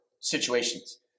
situations